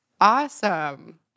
awesome